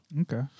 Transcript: Okay